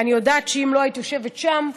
אני יודעת שאם לא היית יושבת שם,